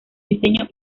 diseño